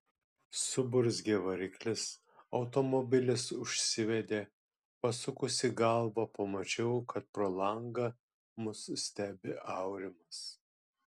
suburzgė variklis automobilis užsivedė pasukusi galvą pamačiau kad pro langą mus stebi aurimas